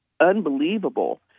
unbelievable